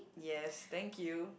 yes thank you